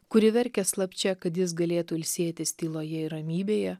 kuri verkė slapčia kad jis galėtų ilsėtis tyloje ir ramybėje